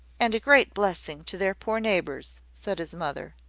and a great blessing to their poor neighbours, said his mother.